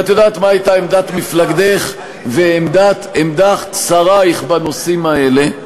ואת יודעת מה הייתה עמדת מפלגתך ועמדת שרייך בנושאים האלה.